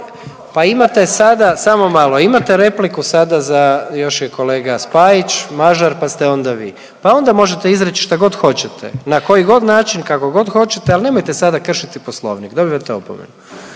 pa imate sada, samo malo, imate repliku sada za, još je kolega Spajić, Mažar, pa ste onda vi, pa onda možete izreći šta god hoćete na koji god način kako god hoćete, ali nemojte sada kršiti Poslovnik. Dobivate opomenu.